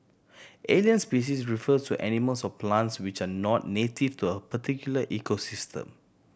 alien species refers to animals or plants which are not native to a particular ecosystem